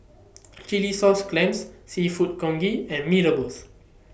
Chilli Sauce Clams Seafood Congee and Mee Rebus